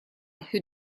who